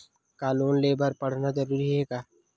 का लोन ले बर पढ़ना जरूरी हे का?